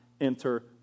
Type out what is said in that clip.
enter